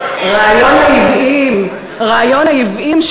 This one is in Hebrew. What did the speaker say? היא בכלל לא פה.